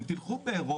תחנות גז.